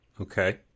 Okay